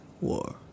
war